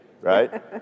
right